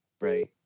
right